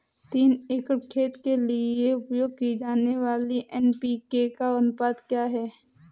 तीन एकड़ खेत के लिए उपयोग की जाने वाली एन.पी.के का अनुपात क्या है?